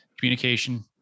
communication